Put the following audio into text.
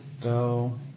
go